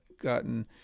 gotten